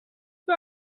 für